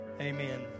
amen